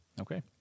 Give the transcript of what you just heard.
Okay